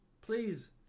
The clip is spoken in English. Please